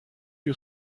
you